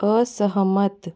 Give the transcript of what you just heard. असहमत